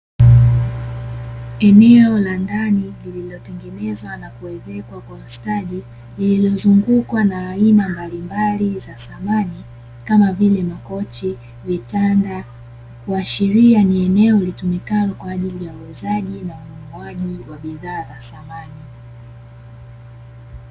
Eneo la ndani lililotengenezwa na kuwezekwa kwa ustadi lililozungukwa na aina mbalimbali za samani kama vile, makochi, vitanda, kuashiria ni eneo litumikalo kwa ajili ya uuzaji na ununuaji wa bidhaa za samani.